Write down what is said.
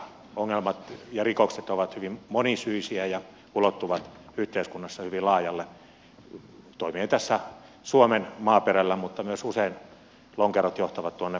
ongelmat ja rikokset ovat hyvin monisyisiä ja ulottuvat yhteiskunnassa hyvin laajalle toimien täällä suomen maaperällä mutta usein lonkerot johtavat myös ulkomaille